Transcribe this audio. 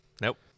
Nope